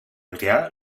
adrià